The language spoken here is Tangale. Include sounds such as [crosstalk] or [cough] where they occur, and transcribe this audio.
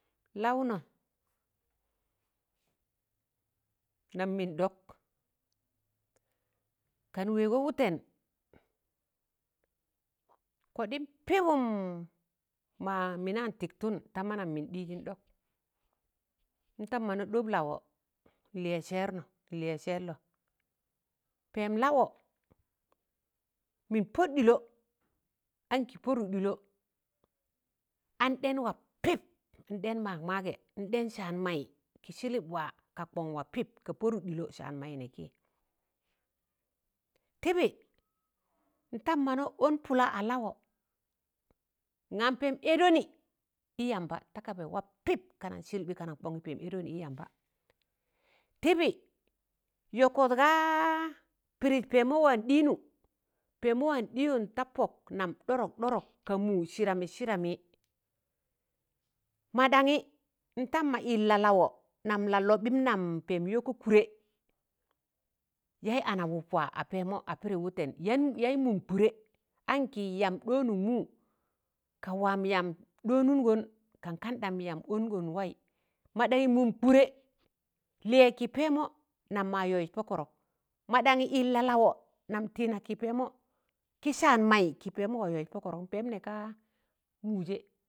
Laụnọ nam mịn ɗọk, kan wẹẹgọ wụtẹn kọdim pịbụm ma mịna tịktụn ta manam mịn ɗịịzị ɗọk, ntam mọna ɗọb lawọ nlịyẹ n'lịyẹ sẹẹlnọ, pẹẹm lawọ mịm pọd ɗịlọ ankị pọdụg ɗịlọ an ɗẹn wa pịp a ɗẹn maag maagẹ an ɗẹn saan maị kị slịp wa ka kọn wa ka pọdụk ɗịlọ saanmaị nẹẹ kịị tịbị tam mana ọn pụla a lawọ n'ṇam pẹẹm ẹdọnị ị yamba ta kaba wa pịp kanan sịlịpị kanan kọn, pẹẹm ẹdọnị ị yamba. Tịbị yọkọt gaa pịrịz pẹẹmọ wa dịịnụn pẹẹmọ wa dịyọn ta pọk nam dọdọk- dọdọk ka mụụ sịdamị sịdamị, madaṇị ntam ma ịl lalawọ nam la lọbịm nam pẹẹm yọkọ kụdẹ yaị ana- ụpwa a pẹẹmọ a pịdị wụtẹn [noise] yaị mụụm kụdẹ ankị yamb ɗọọnụg mụụ ka waam yamb ɗọọnụngọn kan kandam yamb ọngọn waị maɗaṇyị mụụm kụdẹ lịyẹ kị pẹẹmọ nam ma yọịs pọ kọdọk mọɗaṇyị ịl lalawọ nam tịịna pị pẹẹmọ kị saan maị kị pẹẹmọ wa yọịz pọ kọdọk pẹẹm nẹẹga mụụjẹ